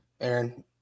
Aaron